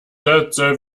sätze